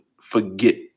forget